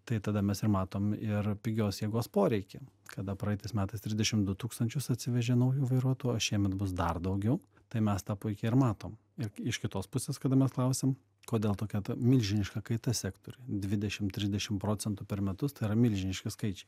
tai tada mes ir matom ir pigios jėgos poreikį kada praeitais metais trisdešim du tūkstančius atsivežė naujų vairuotojų o šiemet bus dar daugiau tai mes tą puikiai ir matom ir iš kitos pusės kada mes klausėm kodėl tokia milžiniška kaita sektoriuj dvidešim trisdešim procentų per metus tai yra milžiniški skaičiai